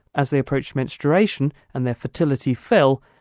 as they approached menstruation and their fertility fell,